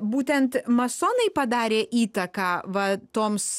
būtent masonai padarė įtaką va toms